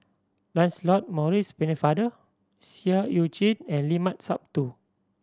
Lancelot Maurice Pennefather Seah Eu Chin and Limat Sabtu